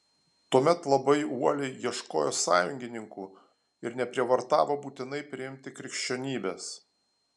tuomet labai uoliai ieškojo sąjungininkų ir neprievartavo būtinai priimti krikščionybės